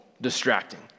distracting